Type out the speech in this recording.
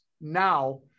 now